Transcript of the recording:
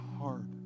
hard